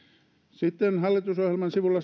sitten hallitusohjelman sivulla